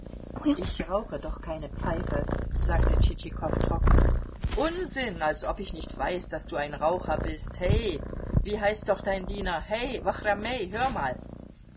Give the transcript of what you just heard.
ich rauche doch keine pfeife sagte tschitschikow trocken unsinn als ob ich nicht weiß daß du ein raucher bist he wie heißt doch dein diener he wachramej hör mal